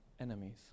enemies